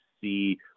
see